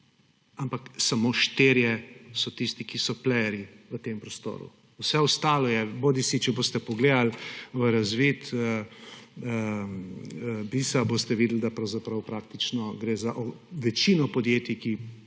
ampak samo štirje so tisti, ki so playerji v tem prostoru. Vse ostalo je, če boste pogledali v razvid na Bizi, boste videli, da pravzaprav praktično gre za večino podjetij, ki